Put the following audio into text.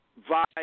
vibe